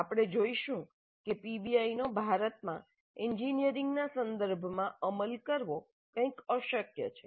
આપણે જોઇશું કે પીબીઆઈ નો ભારતમાં એન્જિનિયરિંગનાં સંદર્ભોમાં અમલ કરવો કંઈક અશક્ય છે